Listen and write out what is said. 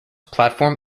platform